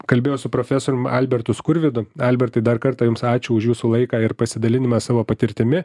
kalbėjau su profesorium albertu skurvydu albertai dar kartą jums ačiū už jūsų laiką ir pasidalinimą savo patirtimi